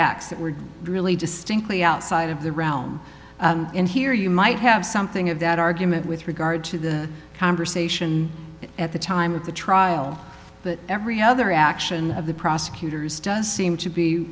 acts that were really distinctly outside of the realm in here you might have something of that argument with regard to the conversation at the time of the trial but every other action of the prosecutors does seem to be